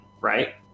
Right